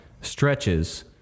stretches